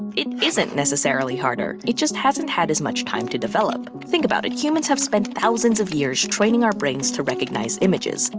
it isn't necessarily harder, it just hasn't had as much time to develop. think about it, humans have spent thousands of years training our brains to recognize images,